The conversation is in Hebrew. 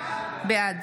בעד